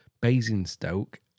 Basingstoke